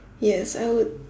yes I would